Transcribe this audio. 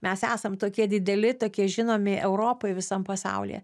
mes esam tokie dideli tokie žinomi europoj visam pasaulyje